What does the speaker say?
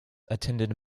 attended